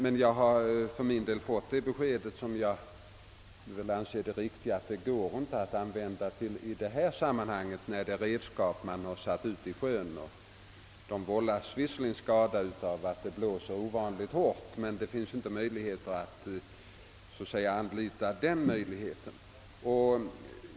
Men jag har fått det beskedet, som jag anser vara riktigt, att anslaget inte kan användas i detta fall, när man har satt ut redskap i sjön. Det vållas visserligen skador av att det blåser ovanligt hårt, men det går alltså inte att anlita den möjligheten.